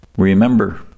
Remember